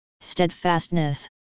Steadfastness